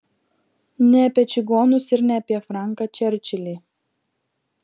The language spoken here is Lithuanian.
ne apie čigonus ir ne apie franką čerčilį